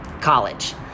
college